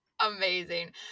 Amazing